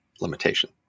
limitation